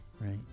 Right